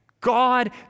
God